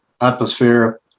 atmosphere